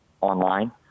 online